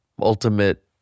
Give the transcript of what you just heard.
ultimate